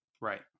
Right